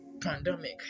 pandemic